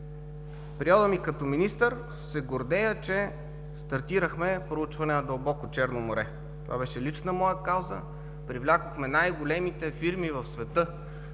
В периода ми като като министър се гордея, че стартирахме проучванията на дълбоко Черно море. Това беше лична моя кауза. Привлякохме най-големите фирми в света: